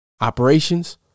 Operations